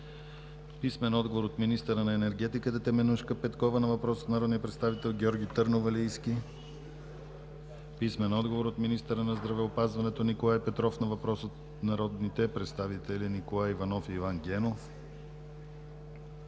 Сидерова; - министъра на енергетиката Теменужка Петкова на въпрос от народния представител Георги Търновалийски; - министъра на здравеопазването Николай Петров на въпрос от народните представители Николай Иванов и Иван Генов;